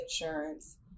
insurance